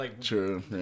True